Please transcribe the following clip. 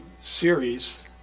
series